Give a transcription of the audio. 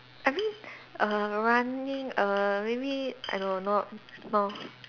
I mean err running err maybe I don't not no